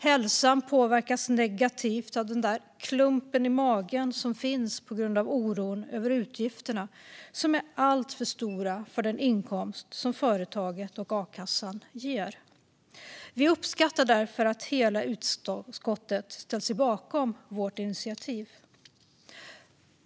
Hälsan påverkas negativt av den där klumpen i magen som finns på grund av oron över utgifterna, som är alltför stora i förhållande till den inkomst som företaget och a-kassan ger. Vi uppskattar därför att hela utskottet ställt sig bakom vårt initiativ.